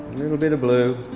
little bit of blue.